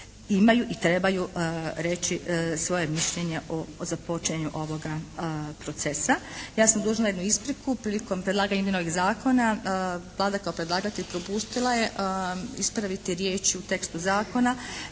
imaju i trebaju reći svoje mišljenje o započinjanju ovoga procesa. Ja sam dužna jednu ispriku. Prilikom predlaganja imenovanog zakona Vlada kao predlagatelj propustila je ispraviti riječ u tekstu zakona